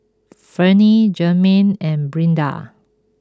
Vernie Jermain and Brinda